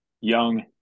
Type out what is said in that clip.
young